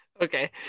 Okay